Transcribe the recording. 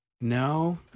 No